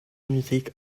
music